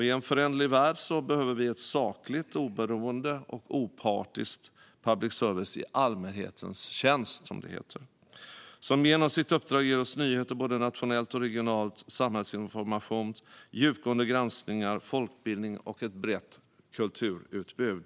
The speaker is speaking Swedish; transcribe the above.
I en föränderlig värld behöver vi en saklig, oberoende och opartisk public service i allmänhetens tjänst, som det heter, som genom sitt uppdrag ger oss nyheter både nationellt och regionalt, samhällsinformation, djupgående granskningar, folkbildning och ett brett kulturutbud.